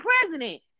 president